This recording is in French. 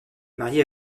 mariée